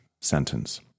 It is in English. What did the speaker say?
sentence